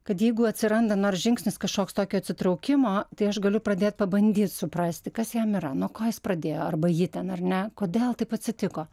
kad jeigu atsiranda nors žingsnis kažkoks tokio atsitraukimo tai aš galiu pradėt pabandyt suprasti kas jam yra nuo ko jis pradėjo arba ji ten ar ne kodėl taip atsitiko